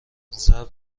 ضبط